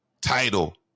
title